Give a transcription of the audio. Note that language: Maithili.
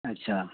अच्छा